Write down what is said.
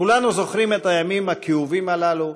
כולנו זוכרים את הימים הכאובים הללו,